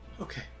okay